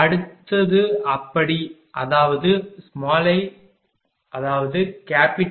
அடுத்தது அப்படி அதாவது I193